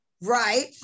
right